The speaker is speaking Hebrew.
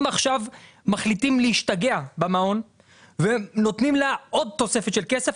אם עכשיו מחליטים להשתגע במעון ונותנים לה עוד תוספת של כסף,